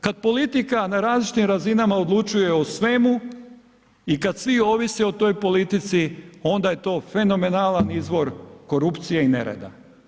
Kad politika na različitim razinama odlučuje o svemu i kad svi ovise o toj politici, onda je to fenomenalan izvor korupcije i nereda.